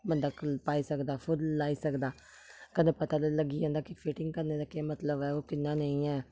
बंदा पाई सकदा खुद लाई सकदा कन्नै पता लग्गी जंदा कि फिटिंग करने दा केह् मतलब ऐ ओह् किन्ना नेईं ऐ